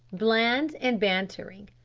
bland and bantering.